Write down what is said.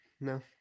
No